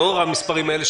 לאור המספרים האלה,